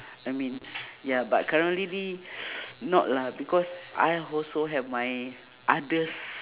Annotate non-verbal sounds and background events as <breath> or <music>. I mean ya but currently <breath> not lah because I also have my others